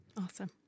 Awesome